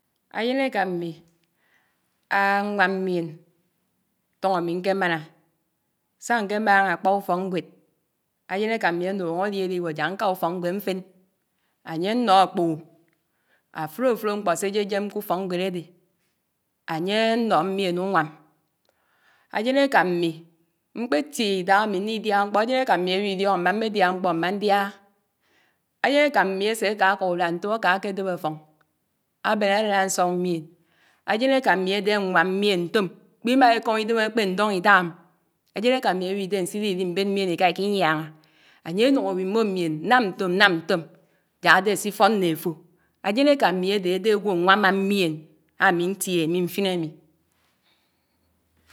Ájén ékà àmi, áñioám mmiin tọ̀ñọ́ àmi nkémànà sá ñkemáñà àkpá úfọ̀ ñwèd, àjén ékà àmi ámàná ádiwo nà ñka ùfọ̀k ñwèd ñwen, ànyé ánnǒ àkpòhò Áfró-àfró mkpọ́ séjém Kúfọ̀k ñwed ádè ànyé ánnǒ mmien únwàm. Ájén éká àmi mkpétiè idúhá ámi midiáná mkpọ́ ajén èká àmi áwiliọ́ñọ́ mmé médiá mkpọ́ mmé ndiáyá. Ájén ékà àmi ásè ákàkà ùtùà ntom áká akédeb àfọ̀ñ, ábén álád ánsọ́ mmieni, ájen ókà àmi ádé àñwàm mmien ntom- ikpimáñikọ̀m idém ákpéndọ́n̄ idáhàm, ájén ékà àmi ádé ànsiwo imbén nyién iká iki inyinñà, ànyè ánùñ àwi imbó nyien nnám ntôm nnám ntôm jak ádé sifọ́ nè àfò Ájén ékà àmí ádè ádè ágwó añwámmá mièn ámi ntiègè mi mfin ámi.